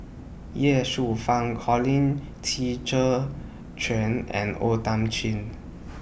Ye Shufang Colin Qi Zhe Quan and O Thiam Chin